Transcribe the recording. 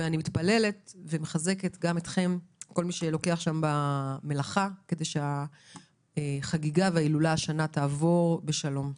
אני מחזקת את כל מי שלוקח חלק במלאכה שם כדי שההילולה תעבור השנה בשלום.